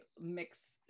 mix